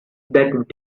that